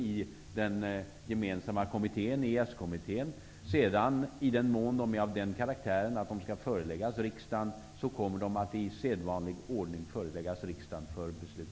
I den mån de sedan är av den karaktären att de skall föreläggas riksdagen, kommer de att i sedvanlig ordning föreläggas riksdagen för beslut.